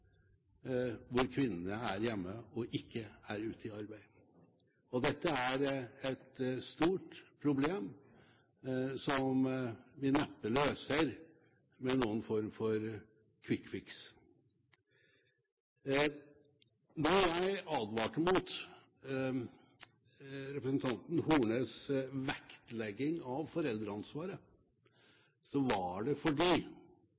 hvor kvinnene er hjemme og ikke ute i arbeid. Dette er et stort problem, som vi neppe løser med noen form for «quick fix». Når jeg advarte mot representanten Hornes vektlegging av foreldreansvaret, var det